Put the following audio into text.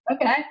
Okay